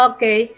Okay